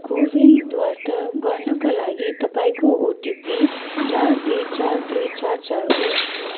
को विन दर्ता गर्नाका लागि तपाईँँको ओटिपी चार दुई चार दुई चार चार हो